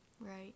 right